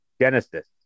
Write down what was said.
Genesis